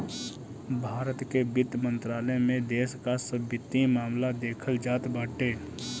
भारत के वित्त मंत्रालय में देश कअ सब वित्तीय मामला देखल जात बाटे